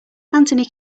anthony